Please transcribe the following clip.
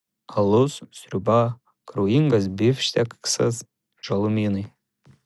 alus sriuba kraujingas bifšteksas žalumynai